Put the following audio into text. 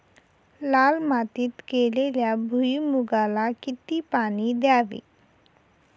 लाल मातीत केलेल्या भुईमूगाला किती पाणी द्यावे?